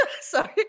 sorry